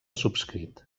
subscrit